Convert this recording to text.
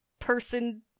person